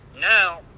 now